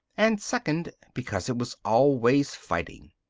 and second because it was always fighting?